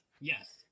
Yes